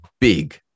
big